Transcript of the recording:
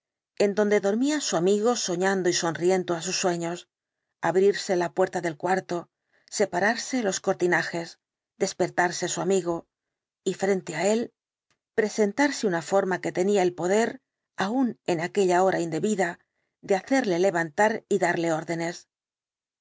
en donde dormía su amigo soñando y sonriendo á sus sueños abrirse la puerta del cuarto separarse los cortinajes despertarse su amigo y frente á él presentarse una forma que tenía el poder aun en aquella hora indebida de hacerle levantar y darle órdenes